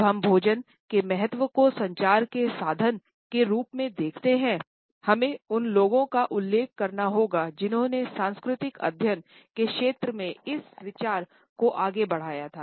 जब हम भोजन के महत्व को संचार के साधन के रूप में देखते हैं हमें उन लोगों का उल्लेख करना होगा जिन्होंने सांस्कृतिक अध्ययन के क्षेत्र में इस विचार को आगे बढ़ाया था